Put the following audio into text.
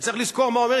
וצריך לזכור מה אומר,